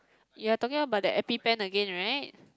ya talking about the epic pant again right